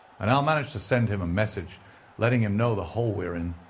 and i'll manage to send him a message letting him know the hole we are in.